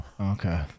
okay